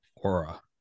aura